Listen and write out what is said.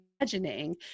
Imagining